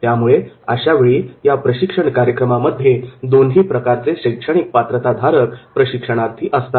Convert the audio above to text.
त्यामुळे अशावेळी या प्रशिक्षण कार्यक्रमामध्ये दोन्ही प्रकारचे शैक्षणिक पात्रताधारक प्रशिक्षणार्थी असतात